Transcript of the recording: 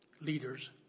leaders